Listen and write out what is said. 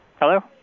Hello